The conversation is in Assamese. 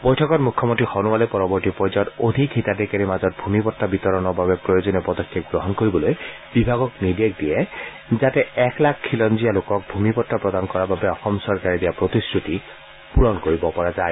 বৈঠকত মুখ্যমন্ত্ৰী সোণোৱালে পৰৱৰ্তী পৰ্যায়ত অধিক হিতাধিকাৰীৰ মাজত ভূমিপটা বিতৰণৰ বাবে প্ৰয়োজনীয় পদক্ষেপ গ্ৰহণ কৰিবলৈ বিভাগক নিৰ্দেশ দিয়ে যাতে এক লাখ খিলঞ্জীয়া লোকক ভূমিপটা প্ৰদান কৰাৰ বাবে অসম চৰকাৰে দিয়া প্ৰতিশ্ৰুতি পুৰণ কৰিব পৰা যায়